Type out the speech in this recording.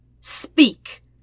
Speak